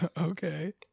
Okay